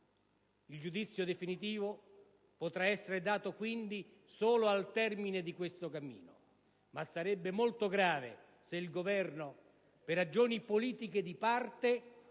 Il giudizio definitivo potrà essere dato quindi solo al termine di questo cammino; ma sarebbe molto grave se il Governo, per ragioni politiche di parte,